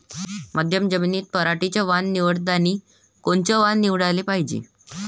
मध्यम जमीनीत पराटीचं वान निवडतानी कोनचं वान निवडाले पायजे?